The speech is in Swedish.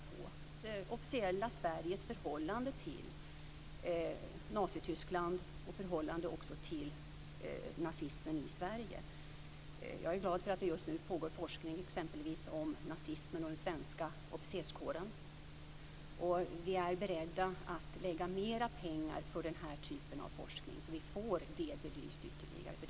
Det gäller det officiella Sveriges förhållande till Nazityskland och till nazismen i Sverige. Jag är glad för att det just nu pågår forskning om exempelvis nazismen och den svenska officerskåren. Vi är beredda att lägga mer pengar på den här typen av forskning så att vi får detta belyst ytterligare.